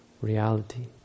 reality